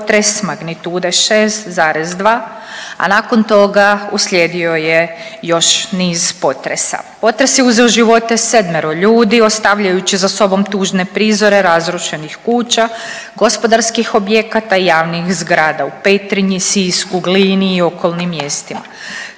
potres magnitude 6,2, a nakon toga uslijedio je još niz potresa. Potres je uzeo živote 7-ero ljudi ostavljajući za sobom tužne prizore razrušenih kuća, gospodarskih objekata i javnih zgrada u Petrinji, Sisku, Glini i okolnim mjestima.